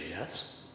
yes